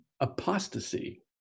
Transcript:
apostasy